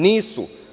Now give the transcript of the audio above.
Nisu.